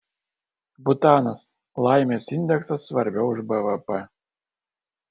butanas laimės indeksas svarbiau už bvp